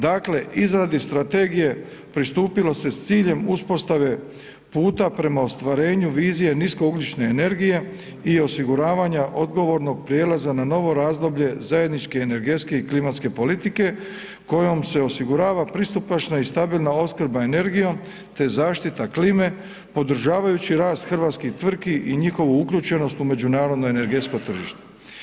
Dakle, izradi strategije pristupilo se s ciljem uspostave puta prema ostvarenju vizije niskougljične energije i osiguravanja odgovornog prijelaza na novo razdoblje zajedničke energetske i klimatske politike kojom se osigurava pristupačna i stabilna opskrba energijom, te zaštita klime podržavajući rast hrvatskih tvrtki i njihovu uključenost u međunarodno energetsko tržište.